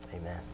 Amen